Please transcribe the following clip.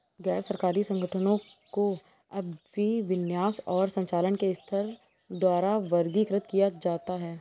गैर सरकारी संगठनों को अभिविन्यास और संचालन के स्तर द्वारा वर्गीकृत किया जाता है